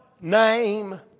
name